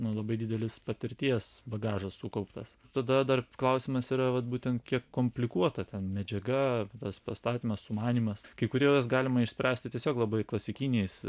nu labai didelis patirties bagažas sukauptas tada dar klausimas yra va būtent kiek komplikuota ten medžiaga tas pastatymas sumanymas kai kuriuos galima išspręsti tiesiog labai klasikiniais